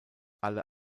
alle